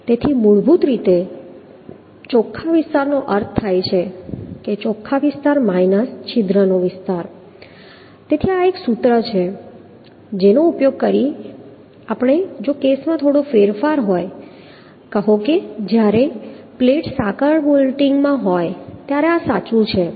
તેથી મૂળભૂત રીતે ચોખ્ખા વિસ્તારનો અર્થ થાય છે ચોખ્ખા વિસ્તાર માઈનસ છિદ્ર નો વિસ્તાર તેથી આ એક સૂત્ર છે જેનો આપણે ઉપયોગ કરી શકીએ છીએ જો કે કેસમાં થોડો ફેરફાર થશે કહો કે જ્યારે પ્લેટ્સ સાંકળ બોલ્ટિંગમાં હોય ત્યારે આ સાચું છે